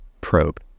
probe